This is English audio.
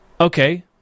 Okay